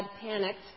panicked